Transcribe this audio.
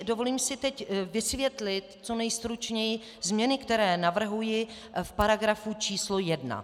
Dovolím si teď vysvětlit co nejstručněji změny, které navrhuji v paragrafu číslo 1.